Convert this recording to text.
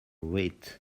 wheat